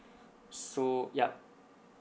so yup